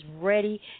ready